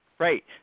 Right